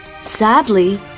Sadly